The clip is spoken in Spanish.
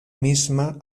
misma